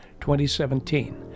2017